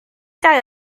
dau